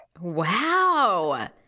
Wow